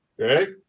Okay